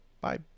Bye